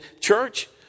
church